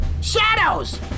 Shadows